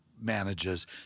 manages